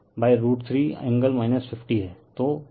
तो Vp√3 angle 30o